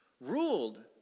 ruled